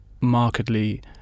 markedly